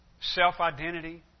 self-identity